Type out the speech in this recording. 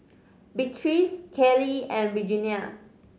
Beatrice Kelly and Regenia